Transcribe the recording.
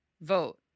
Vote